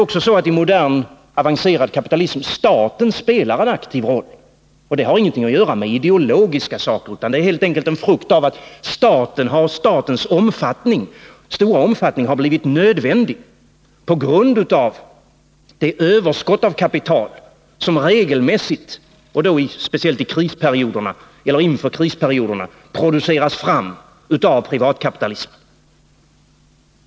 I modern avancerad kapitalism spelar också staten en aktiv roll. Det har ingenting med ideologi att göra, utan är helt enkelt en frukt av att statens stora omfattning har blivit nödvändig på grund av det överskott av kapital "som regelmässigt, och alldeles speciellt inför krisperioderna, produceras fram av privatkapitalismen.